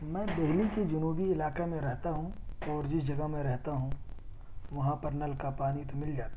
میں دہلی کی جنوبی علاقہ میں رہتا ہوں اور جس جگہ میں رہتا ہوں وہاں پر نل کا پانی تو مل جاتا ہے